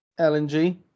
lng